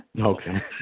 Okay